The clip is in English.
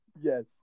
Yes